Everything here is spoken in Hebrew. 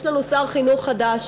יש לנו שר חינוך חדש.